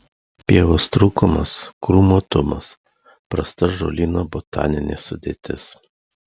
pievos trūkumas krūmuotumas prasta žolyno botaninė sudėtis